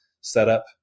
setup